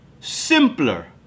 simpler